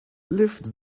lift